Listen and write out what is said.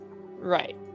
right